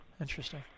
Interesting